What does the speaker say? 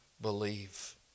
believe